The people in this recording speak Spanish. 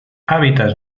hábitats